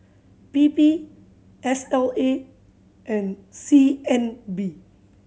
P P S L A and C N B